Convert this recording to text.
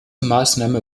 maßnahme